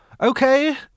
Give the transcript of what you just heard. okay